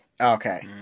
Okay